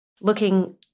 looking